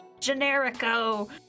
Generico